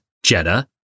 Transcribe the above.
Jetta